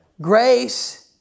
Grace